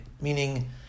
meaning